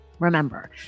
Remember